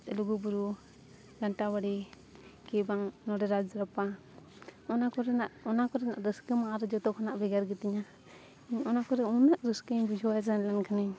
ᱞᱩᱜᱩᱼᱵᱩᱨᱩ ᱜᱷᱟᱱᱴᱟ ᱵᱟᱲᱮ ᱠᱤ ᱵᱟᱝ ᱱᱚᱰᱮ ᱨᱟᱡᱽ ᱨᱟᱯᱯᱟ ᱚᱱᱟ ᱠᱚᱨᱮᱱᱟᱜ ᱚᱱᱟ ᱠᱚᱨᱮᱱᱟᱜ ᱨᱟᱹᱥᱠᱟᱹ ᱢᱟ ᱟᱨᱚ ᱡᱷᱚᱛᱚ ᱠᱷᱚᱱᱟᱜ ᱵᱷᱮᱜᱟᱨ ᱜᱤᱛᱤᱧᱟ ᱚᱱᱟ ᱠᱚᱨᱮ ᱩᱱᱟᱹᱜ ᱨᱟᱹᱥᱠᱟᱹᱧ ᱵᱩᱡᱷᱟᱹᱣᱟ ᱥᱮᱱ ᱞᱮᱱᱠᱷᱟᱱᱤᱧ